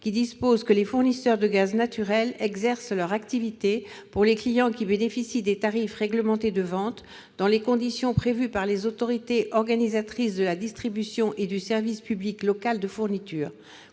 qui dispose que les fournisseurs de gaz naturel exercent leur activité, pour les clients bénéficiant des tarifs réglementés de vente, dans les conditions prévues par les autorités organisatrices de la distribution et du service public local de fourniture.